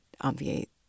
obviate